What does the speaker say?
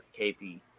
KP